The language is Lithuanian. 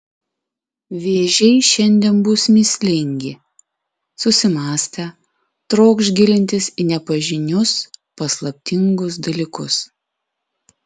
vėžiai šiandien bus mįslingi susimąstę trokš gilintis į nepažinius paslaptingus dalykus